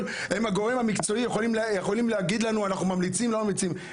הגורם המקצועי אנחנו ממליצים או לא ממליצים.